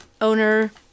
owner